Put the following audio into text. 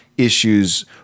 issues